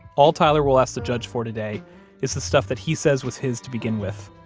all tyler will ask the judge for today is the stuff that he says was his to begin with,